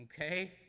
Okay